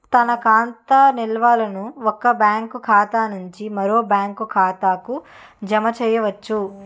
తన ఖాతా నిల్వలను ఒక బ్యాంకు ఖాతా నుంచి మరో బ్యాంక్ ఖాతాకు జమ చేయవచ్చు